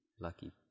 Lucky